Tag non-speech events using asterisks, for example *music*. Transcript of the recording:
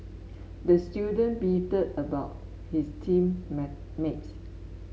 the student beefed about his team *unintelligible* mates